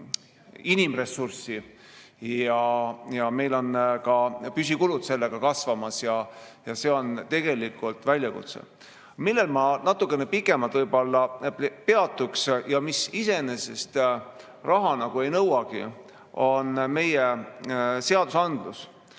inimressurssi ja meil on ka püsikulud sellega kasvamas. See on tegelikult väljakutse. Millel ma natukene pikemalt peatuks ja mis iseenesest raha nagu ei nõuagi, on meie seadusandlus,